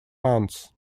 months